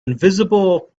invisible